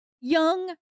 young